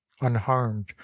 unharmed